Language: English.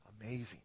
Amazing